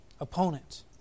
opponent